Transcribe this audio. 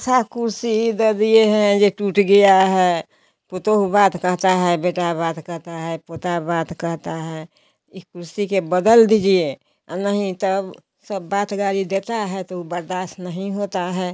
छः कुर्सी दे दिए हैं ये टूट गया है पतोहू बात कहता है बेटा बात कहता है पोता बात कहता है ये कुर्सी के बदल दीजिए नहीं तब सब बात गारी देता है तो ऊ बर्दाश्त नहीं होता है